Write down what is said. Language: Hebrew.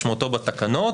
משמעותו בתקנות,